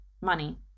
money